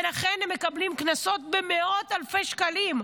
ולכן, הם מקבלים קנסות במאות אלפי שקלים,